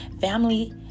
Family